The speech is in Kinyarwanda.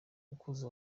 mukozi